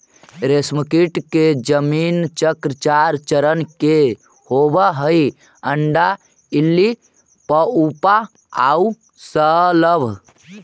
रेशमकीट के जीवन चक्र चार चरण के होवऽ हइ, अण्डा, इल्ली, प्यूपा आउ शलभ